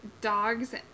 dogs